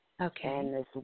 Okay